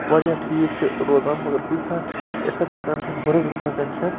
واریاہ ٹھیٖک چھُ روزان مگر کُنہِ ساتہٕ چھِ تِژھ اِفیٚکٹہٕ کَنڈشَن ؤرٕسٹ گژھان کَنڈشَن